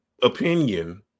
opinion